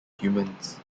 humans